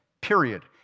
period